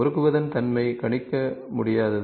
முறுக்குவதன் தன்மை கணிக்க முடியாதது